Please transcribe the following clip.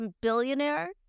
billionaire